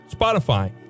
Spotify